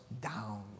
down